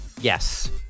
Yes